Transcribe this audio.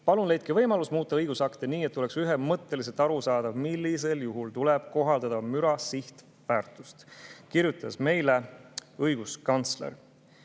Palun leidke võimalus muuta õigusakte nii, et oleks ühemõtteliselt arusaadav, millisel juhul tuleb kohaldada müra sihtväärtust," kirjutas meile õiguskantsler.